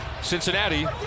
Cincinnati